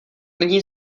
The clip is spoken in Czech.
nyní